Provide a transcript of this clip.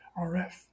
RF